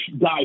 guy